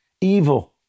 Evil